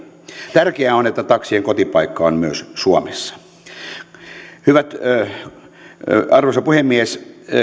tärkeää on että taksien kotipaikka on myös suomessa arvoisa puhemies